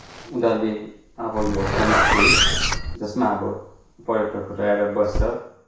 उनीहरूले अब यो होमस्टे जसमा अब पर्यटकहरू आएर बस्छ